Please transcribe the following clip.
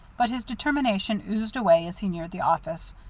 but his determination oozed away as he neared the office,